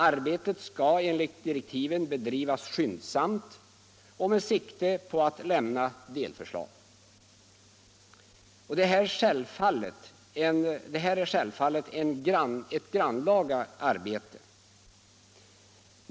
Arbetet skall enligt direktiven bedrivas skyndsamt och med sikte på att lämna delförslag. Detta är självfallet ett grannlaga arbete.